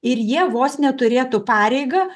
ir jie vos neturėtų pareigą